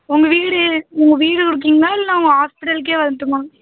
உங்கள் வீடு உங்கள் வீடு இருக்கீங்களா இல்லை உங்கள் ஹாஸ்பிடலுக்கே வரட்டுமா